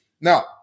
Now